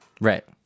right